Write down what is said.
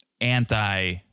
anti-